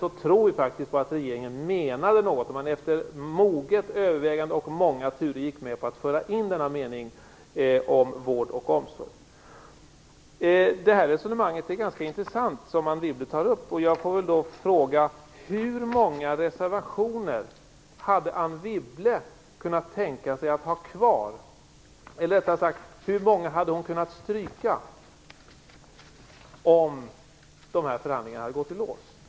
Vi tror faktiskt att regeringen menade något när man efter moget övervägande och många turer gick med på att föra in denna mening om vård och omsorg. Anne Wibbles resonemang är ganska intressant, och jag måste fråga hur många reservationer Anne Wibble hade kunnat stryka om dessa förhandlingar hade gått i lås?